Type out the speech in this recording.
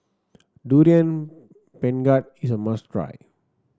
Durian Pengat is a must try